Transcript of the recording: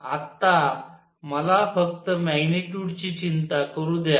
आत्ता मला फक्त मॅग्निट्युड ची चिंता करू द्या